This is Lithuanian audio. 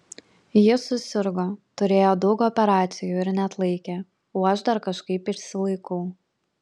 ji susirgo turėjo daug operacijų ir neatlaikė o aš dar kažkaip išsilaikau